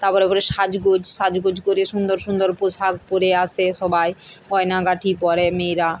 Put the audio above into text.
তারপরে উপরে সাজগোজ সাজগোজ করে সুন্দর সুন্দর পোশাক পরে আসে সবাই গয়নাগাটি পরে মেয়েরা